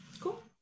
Cool